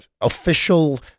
official